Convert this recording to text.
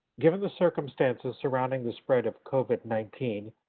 given the circumstances surrounding the spread of covid nineteen,